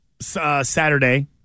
Saturday